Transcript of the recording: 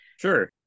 Sure